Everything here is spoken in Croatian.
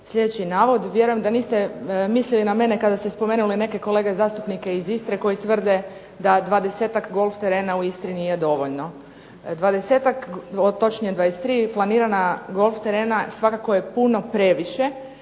sljedeći navod. Vjerujem da niste mislili na mene kada ste spomenuli neke kolege zastupnike iz Istre koji tvrde da 20-ak golf terena u Istri nije dovoljno. 20-ak, točnije 23 planirana golf terena svakako je puno previše